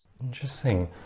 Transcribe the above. Interesting